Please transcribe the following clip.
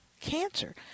cancer